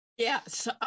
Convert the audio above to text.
Yes